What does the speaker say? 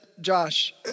Josh